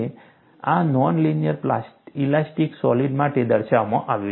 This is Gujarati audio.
અને આ નોન લિનિયર ઇલાસ્ટિક સોલિડ માટે દર્શાવવામાં આવ્યું છે